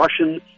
Russian